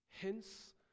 hence